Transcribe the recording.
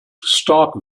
stock